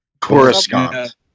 Coruscant